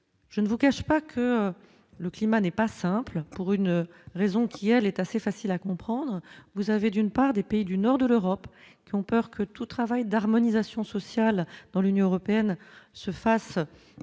je ne vous cache pas que le climat n'est pas simple pour une raison qui, elle, est assez facile à comprendre, vous avez d'une part des pays du nord de l'Europe qui ont peur que tout travail d'harmonisation sociale dans l'Union européenne se fasse en